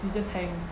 you just hang